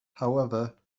however